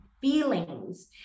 feelings